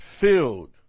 filled